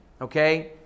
Okay